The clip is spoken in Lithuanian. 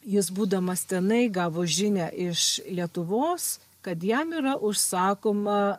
jis būdamas tenai gavo žinią iš lietuvos kad jam yra užsakoma